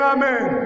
Amen